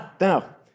Now